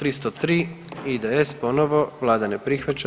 303., IDS ponovo, Vlada ne prihvaća.